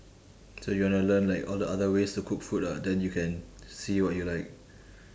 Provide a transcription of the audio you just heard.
so you wanna learn like all the other ways to cook food lah then you can see what you like